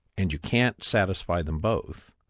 and you can't satisfy them both,